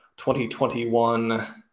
2021